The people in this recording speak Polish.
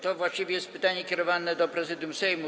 To właściwie jest pytanie kierowane do Prezydium Sejmu.